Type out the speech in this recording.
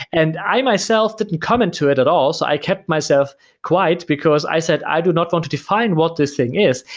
and i myself didn't comment to it at all, so i kept myself quiet because i said i do not want to define what this thing is.